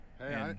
Hey